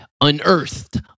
Unearthed